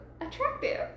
attractive